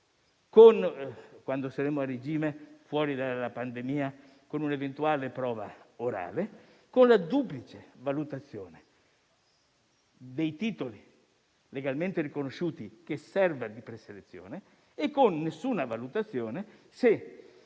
quando saremo a regime, fuori dalla pandemia, con un'eventuale prova orale; con la duplice valutazione, dei titoli legalmente riconosciuti, che serva di preselezione, ovvero con nessuna valutazione, se